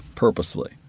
Purposefully